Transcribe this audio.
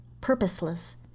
purposeless